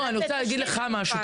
לא, אני רוצה להגיד לך משהו.